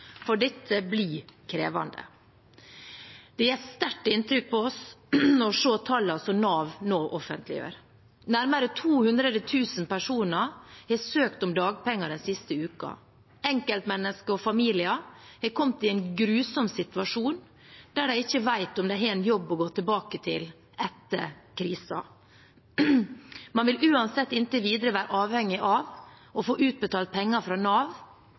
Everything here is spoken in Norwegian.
For dette blir krevende. Det gjør sterkt inntrykk på oss å se tallene som Nav nå offentliggjør. Nærmere 200 000 personer har søkt om dagpenger den siste uken. Enkeltmennesker og familier er kommet i en grusom situasjon der de ikke vet om de har en jobb å gå tilbake til etter krisen. Man vil uansett inntil videre være avhengig av å få utbetalt penger fra Nav,